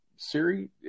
Siri